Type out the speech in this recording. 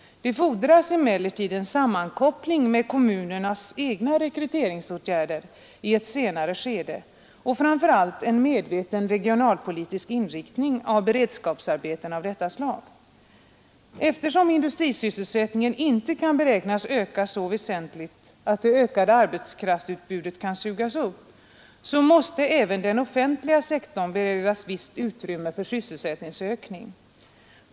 Det fordras emellertid en sammankoppling med kommunernas egna rekryteringsåtgärder i ett senare skede och framför allt en medveten regionalpolitisk inriktning av beredskapsarbeten av detta slag. Eftersom industrisysselsättningen inte kan beräknas öka så väsentligt att det ökade arbetskraftsutbudet kan sugas upp, måste även den offentliga sektorn beredas visst utrymme för sysselsättningsökning.